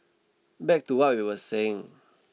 back to what we were saying